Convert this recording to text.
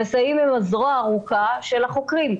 המסייעים הם הזרוע הארוכה של החוקרים.